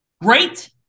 great